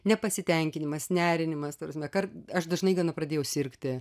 nepasitenkinimas nerimas ta prasme kad aš dažnai gana pradėjau sirgti